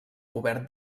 cobert